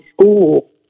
school